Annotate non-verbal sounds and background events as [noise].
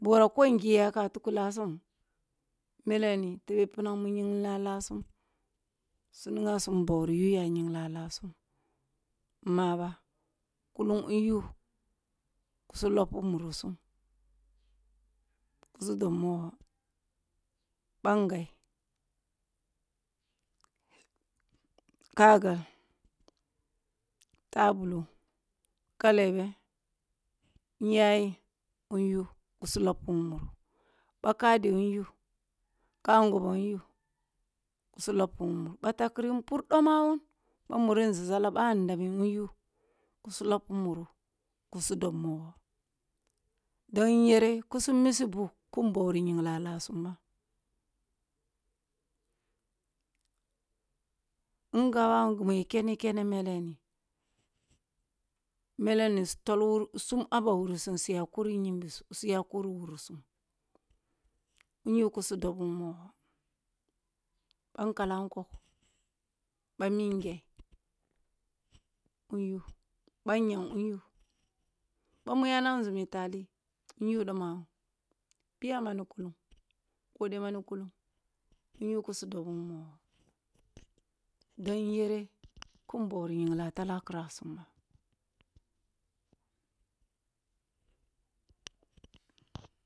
Borah ko ngi yaka tughu lesum mele ni tebeh punam mu nyighli a lasum su niyam su mbawi, yay a nyigli a lasum ma ba. Kullung boh yu kusu loppi murisum kusu dob mogho, bangai, kagal, tabulo, kaloebe, inyaye! In yu kusu loppi muru bah kadue in yu, kangoboh in yu su loppi munu bah takhri in pur dona wun bah murizazzala, bah andamin boh my kusi loppi muru kusu dob mogho, din yere kusu misi bugh ku mbawri nyighli lasum ba. In gabawun gimi ya. Ken kene mele ni mele nis u tovihsum suya kuri wurisum in yu kusu dob mogho, bah nkalan kok, bah mingeh in you, banyam in yu bamu yana nzumi tai in yu doma wun, piya ma ni kullung, kode ma ni kullung in yu kwi dob mogho din yere kin mbawri nyighi a talakirasum ba [noise]